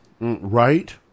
Right